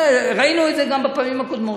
ראינו את זה גם בפעמים קודמות.